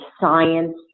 science